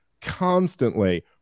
constantly